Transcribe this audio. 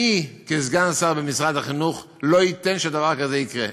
אני כסגן שר במשרד החינוך לא אתן שדבר כזה יקרה,